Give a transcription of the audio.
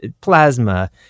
Plasma